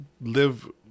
live